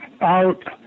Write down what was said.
out